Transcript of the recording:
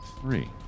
three